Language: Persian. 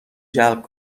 جلب